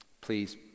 Please